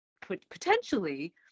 potentially